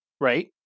Right